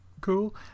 Cool